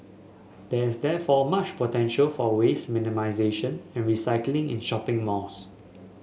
there is therefore much potential for waste minimisation and recycling in shopping malls